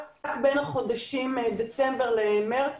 רק בין החודשים דצמבר למרץ